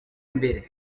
mbere